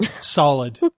solid